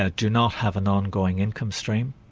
ah do not have an ongoing income stream.